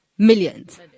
Millions